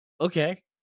okay